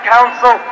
Council